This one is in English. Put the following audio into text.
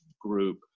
group